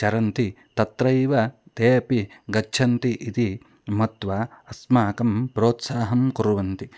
चरन्ति तत्रैव ते अपि गच्छन्ति इति मत्वा अस्माकं प्रोत्साहं कुर्वन्ति